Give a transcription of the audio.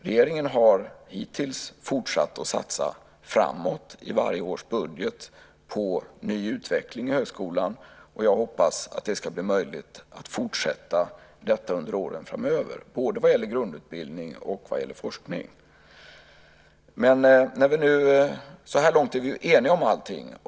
Regeringen har hittills fortsatt att satsa framåt i varje års budget på ny utveckling av högskolan. Jag hoppas att det ska bli möjligt att fortsätta detta under åren framöver, både vad gäller grundutbildning och vad gäller forskning. Så här långt är vi eniga om allting.